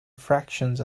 fractions